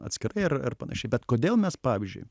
atskirai ir ir panašiai bet kodėl mes pavyzdžiui